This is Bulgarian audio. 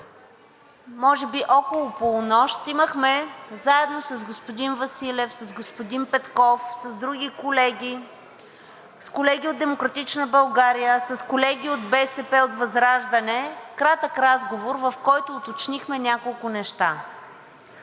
може би около полунощ имахме заедно с господин Василев, с господин Петков, с други колеги, с колеги от „Демократична България“, с колеги от БСП, от ВЪЗРАЖДАНЕ кратък разговор, в който уточнихме няколко неща,